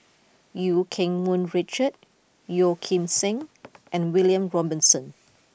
Eu Keng Mun Richard Yeoh Ghim Seng and William Robinson